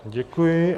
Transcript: Děkuji.